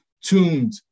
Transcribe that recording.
tuned